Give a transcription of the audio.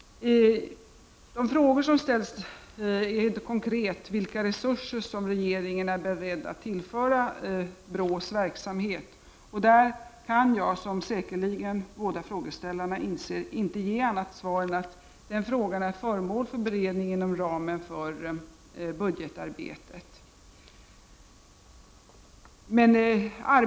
De frågor som ställs är inte konkreta — vilka resurser som regeringen är beredd att tillföra BRÅ:s verksamhet. Där kan jag, som säkerligen båda frågeställarna inser, inte ge annat svar än att den frågan är föremål för beredning inom ramen för budgetarbetet.